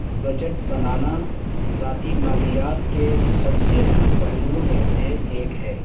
budget بنانا ذاتی مالیات کے سب سے اہم پہلوؤں میں سے ایک ہے